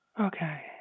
Okay